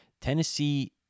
Tennessee –